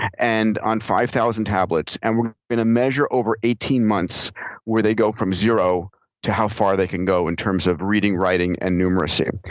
and on five thousand tablets, and we're going to measure over eighteen months where they go from zero to how far they can go in terms of reading, writing, and numeracy,